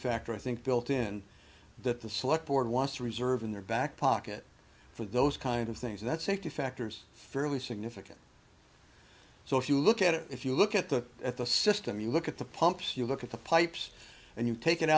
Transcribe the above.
factor i think built in that the select board wants to reserve in their back pocket for those kind of things that safety factors fairly significant so if you look at it if you look at the at the system you look at the pumps you look at the pipes and you take it